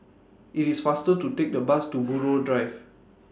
IT IS faster to Take The Bus to Buroh Drive